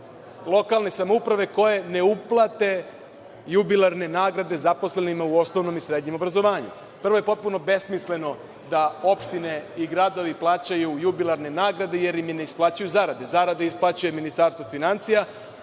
lokalne samouprave koje ne uplate jubilarne nagrade zaposlenima u osnovnom i srednjem obrazovanju. Prvo, potpuno je besmisleno da opštine i gradovi plaćaju jubilarne nagrade jer im ne isplaćuju zarade. Zarade isplaćuje Ministarstvo finansija,